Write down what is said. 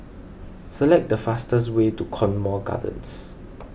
select the fastest way to Cornwall Gardens